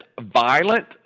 violent